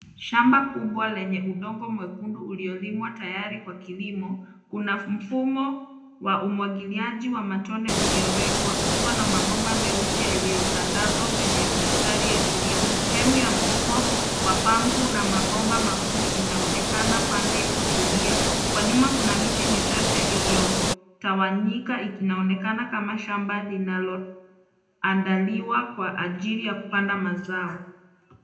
Shamba kubwa wenye udongo mwekundu uliolimwa tayari kwa kilimo. Kuna mfumo wa umwagiliaji wa matone uliowekwa, ukiwa na mabomba meusi yaliyotandazwa kwenye mistari ya kilimo. Sehemu ya mfumo wa pampu na mabomba makuu inaonekana pande wa kulia. Kwa nyuma kuna miti michache iliyotawanyika inaonekana kama shamba linaloandaliwa kwa ajili ya kupanda mazao.